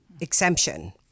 exemption